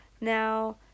Now